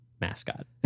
mascot